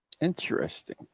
Interesting